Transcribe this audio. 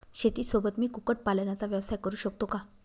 शेतीसोबत मी कुक्कुटपालनाचा व्यवसाय करु शकतो का?